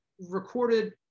recorded